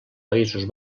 països